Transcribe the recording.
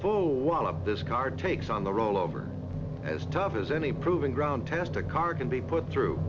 full wallop this car takes on the role over as tough as any proving ground test a car can be put through